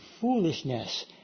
foolishness